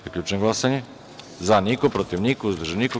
Zaključujem glasanje: za – niko, protiv – niko, uzdržanih – nema.